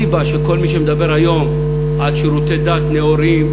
שאליבא דכל מי שמדבר היום על שירותי דת נאורים,